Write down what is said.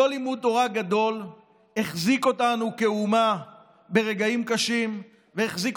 אותו לימוד תורה גדול החזיק אותנו כאומה ברגעים קשים והחזיק